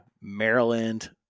maryland